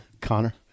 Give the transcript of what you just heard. Connor